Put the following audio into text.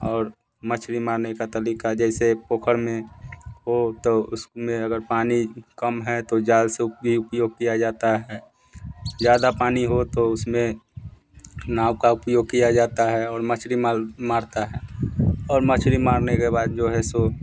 और मछली मारने का तरीका जैसे पोखर में हो तो उसमें अगर पानी कम है तो जाल सूख भी उपयोग किया जाता है ज़्यादा पानी हो तो उसमें नाव का उपयोग किया जाता है और मछली मार मारता है और मछली मारने के बाद जो है सो